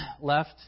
left